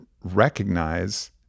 recognize